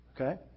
Okay